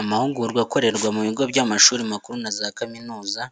Amahugurwa akorerwa mu bigo by'amashuri makuru na za kaminuza